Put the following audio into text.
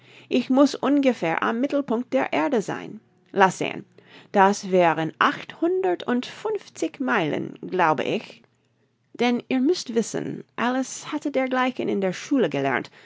ich muß ungefähr am mittelpunkt der erde sein laß sehen das wären achthundert und funfzig meilen glaube ich denn ihr müßt wissen alice hatte dergleichen in der schule gelernt